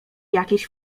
jakiś